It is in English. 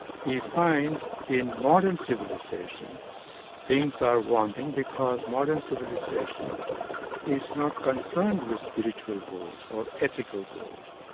he finds in modern civilisation things are wanting because modern civilisation is not concerned with spiritual goals, or ethical goals,